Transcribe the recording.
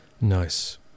Nice